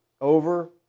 over